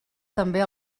també